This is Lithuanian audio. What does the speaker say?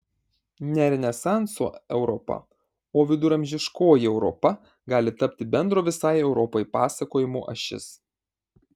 ne renesanso europa o viduramžiškoji europa gali tapti bendro visai europai pasakojimo ašis